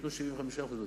הן ייתנו 75% לתקציב.